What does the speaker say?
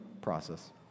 process